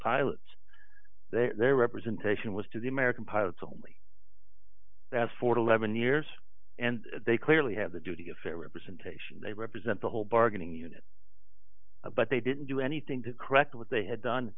pilots their representation was to the american pilots only forty seven years and they clearly have the duty if it representation they represent the whole bargaining unit but they didn't do anything to correct what they had done